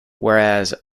whereas